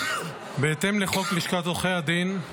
בהתאם לחוק לשכת עורכי הדין,